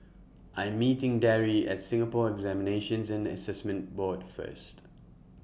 I Am meeting Darry At Singapore Examinations and Assessment Board First